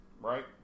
Right